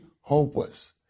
hopeless